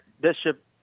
Bishop